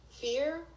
fear